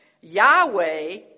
Yahweh